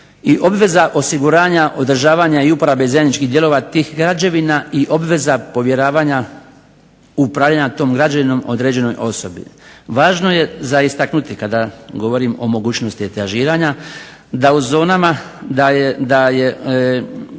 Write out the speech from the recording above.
i obveza osiguranja održavanja i uporabe zajedničkih dijelova tih građevina i obveza povjeravanja upravljanja tom građevinom određenoj osobi. Važno je za istaknuti kad govorim o mogućnosti etažiranja, da u zonama da je